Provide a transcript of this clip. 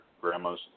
grandma's